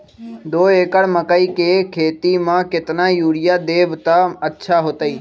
दो एकड़ मकई के खेती म केतना यूरिया देब त अच्छा होतई?